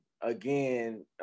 again